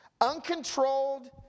Uncontrolled